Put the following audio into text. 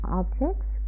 objects